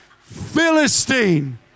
philistine